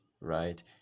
right